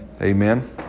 Amen